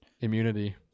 immunity